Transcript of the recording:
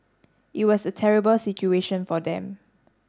it was a terrible situation for them